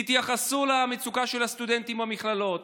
תתייחסו למצוקה של הסטודנטים במכללות.